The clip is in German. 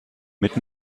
mit